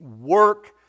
work